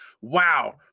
wow